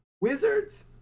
Wizards